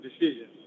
decisions